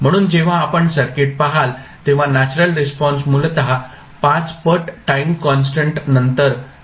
म्हणून जेव्हा आपण सर्किट पहाल तेव्हा नॅचरल रिस्पॉन्स मूलत 5 पट टाईम कॉन्स्टंट नंतर संपेल